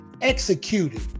executed